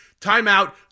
timeout